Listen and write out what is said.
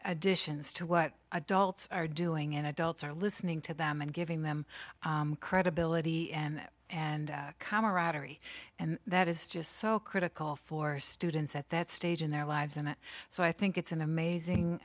additions to what adults are doing in adults are listening to them and giving them credibility and and camaraderie and that is just so critical for students at that stage in their lives and so i think it's an amazing